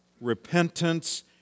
repentance